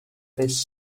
this